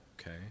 Okay